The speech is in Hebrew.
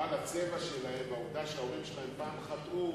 אבל הצבע שלהם והעובדה שההורים שלהם פעם חטאו